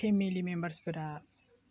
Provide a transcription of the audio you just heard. family मेम्बार्सफोरा